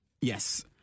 Yes